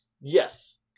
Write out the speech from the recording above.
Yes